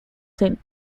saint